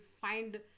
find